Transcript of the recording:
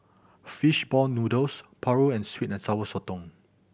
fish ball noodles paru and sweet and Sour Sotong